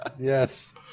Yes